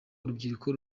urubyiruko